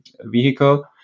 vehicle